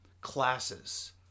classes